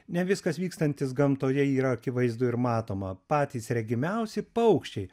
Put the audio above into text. ne viskas vykstantis gamtoje yra akivaizdu ir matoma patys regimiausi paukščiai